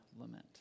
lament